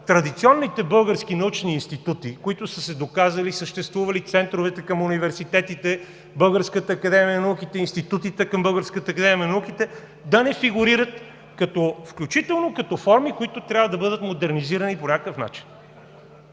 традиционните български научни институти, които са се доказали, съществували, центровете към университетите, Българската академия на науките, институтите към Българската академия на науките, да не фигурират, включително като форми, които трябва да бъдат модернизирани по някакъв начин.